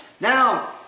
Now